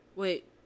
Wait